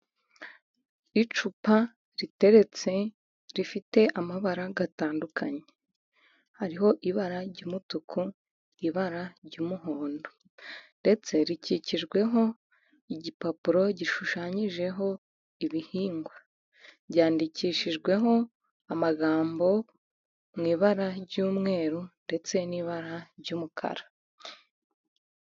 Icupa riteretse rifite amabara atandukanye: hariho ibara ry'umutuku, ibara ry'umuhondo, ndetse rikikijweho igipapuro gishushanyijeho ibihingwa. Ryandikishijweho amagambo, mu ibara ry'umweru ndetse n'ibara ry'umukara.